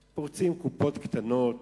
היו פורצים קופות קטנות,